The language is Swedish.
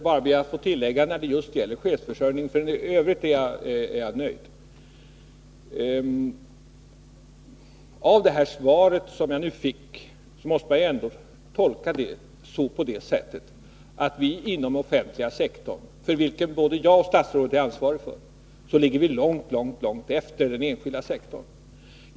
Herr talman! Då skall jag bara be att få tillägga några ord om chefsförsörjningen — för övrigt är jag nöjd. Det svar som jag nu fick måste jag tolka på det sättet att inom den offentliga sektorn, för vilken både jag och statsrådet har ansvar, ligger vi långt långt efter den enskilda sektorn.